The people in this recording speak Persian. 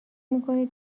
میکنید